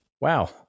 wow